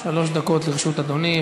שלוש דקות לרשות אדוני.